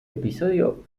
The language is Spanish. episodio